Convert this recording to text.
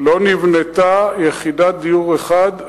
לא נבנתה בה יחידת דיור אחת.